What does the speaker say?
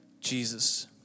Jesus